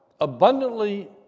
abundantly